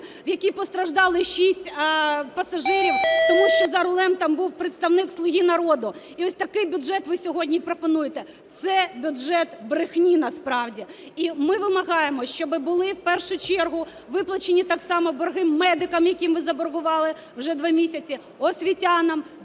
в якій постраждали шість пасажирів, тому що за рулем там був представник "Слуга народу". І ось такий бюджет ви сьогодні пропонуєте. Це бюджет брехні насправді. І ми вимагаємо, щоб були в першу виплачені так само борги медикам, яким ви заборгували вже два місяці, освітянам,